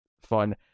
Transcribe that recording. fun